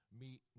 meet